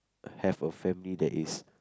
have a family that is